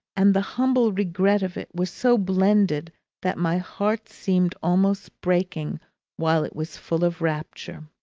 and the humble regret of it were so blended that my heart seemed almost breaking while it was full of rapture.